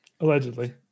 Allegedly